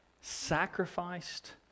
sacrificed